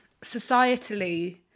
societally